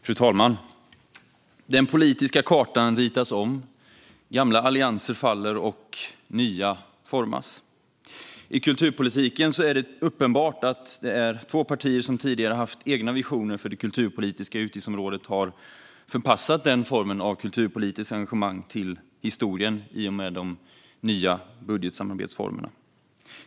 Fru talman! Den politiska kartan ritas om. Gamla allianser faller och nya formas. I kulturpolitiken är det uppenbart att två partier som tidigare haft egna visioner för det kulturpolitiska utgiftsområdet har förpassat den formen av kulturpolitiskt engagemang till historien i och med de nya budgetsamarbetsformerna.